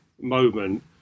moment